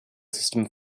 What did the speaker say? system